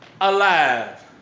alive